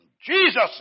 Jesus